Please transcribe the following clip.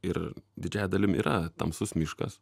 ir didžiąja dalimi yra tamsus miškas